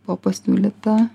buvo pasiūlyta